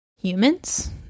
humans